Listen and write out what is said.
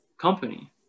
company